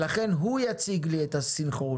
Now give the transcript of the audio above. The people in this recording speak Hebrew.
לכן הוא זה שיציג לי את הסנכרון.